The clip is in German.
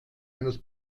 eines